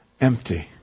empty